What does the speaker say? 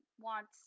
wants